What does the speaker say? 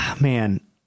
man